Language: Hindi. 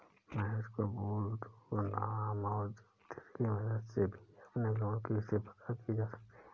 महेश को बोल दो नाम और जन्म तिथि की मदद से भी अपने लोन की स्थति पता की जा सकती है